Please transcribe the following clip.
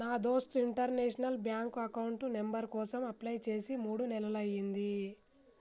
నా దోస్త్ international bank account number కోసం అప్లై చేసి మూడు నెలలయ్యింది